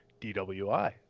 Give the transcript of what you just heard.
DWI